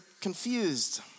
confused